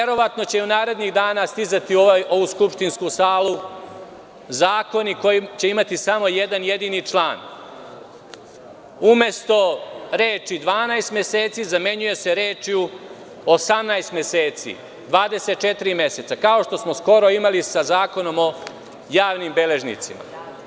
Verovatno će u narednim danima stizati u ovu skupštinsku salu zakoni koji će imati samo jedan jedini član - umesto reči „12 meseci“ zamenjuje se rečju „18 meseci“, „24 meseca“, kao što smo skoro imali sa Zakonom o javnim beležnicima.